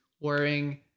wearing